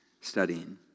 studying